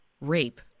rape